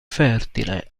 fertile